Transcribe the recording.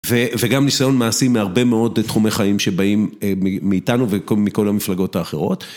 וגם ניסיון מעשי מהרבה מאוד תחומי חיים שבאים מאיתנו ומכל המפלגות האחרות.